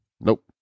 Nope